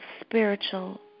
spiritual